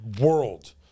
world